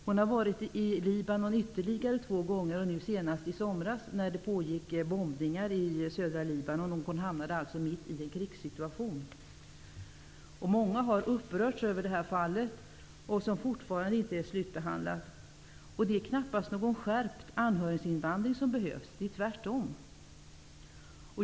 Hon har varit i Libanon ytterligare två gånger, nu senast i somras, när det pågick bombningar i södra Libanon. Hon hamnade alltså mitt i en krigssituation. Många har upprörts över detta fall, som fortfarande inte är slutbehandlat. Det är knappast skärpt anhöriginvandring som behövs, utan tvärtom.